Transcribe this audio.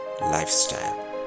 lifestyle